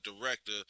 director